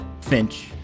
Finch